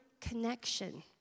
connection